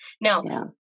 Now